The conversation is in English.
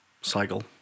cycle